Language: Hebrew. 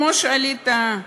כמו שעלית,